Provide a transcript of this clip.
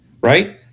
right